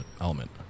element